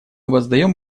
воздаем